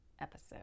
episode